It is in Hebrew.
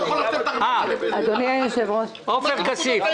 חבר הכנסת עופר כסיף,